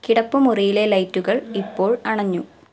കിടപ്പുമുറിയിലെ ലൈറ്റുകൾ ഇപ്പോൾ അണഞ്ഞു